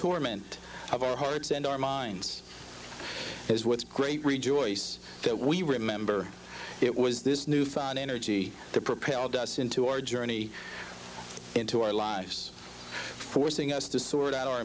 rment of our hearts and our minds is what's great rejoice that we remember it was this newfound energy that propelled us into our journey into our lives forcing us to sort out our